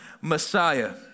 messiah